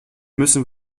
müssen